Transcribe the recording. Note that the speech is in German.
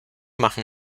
machen